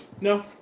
No